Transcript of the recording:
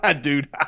dude